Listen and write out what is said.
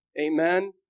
amen